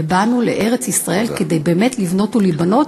ובאנו לארץ-ישראל כדי באמת לבנות ולהיבנות,